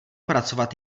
pracovat